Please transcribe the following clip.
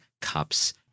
cups